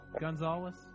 Gonzalez